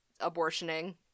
abortioning